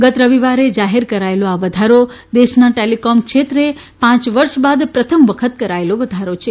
ગત રવિવારે જાહેર કરાયેલો આ વધારો દેશના ટેલીકોમ ક્ષેત્રે પાંચ વર્ષ બાદ પ્રથમ વખત કરાયેલો વધારો છે